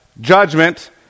Judgment